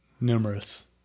Numerous